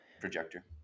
projector